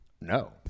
No